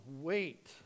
wait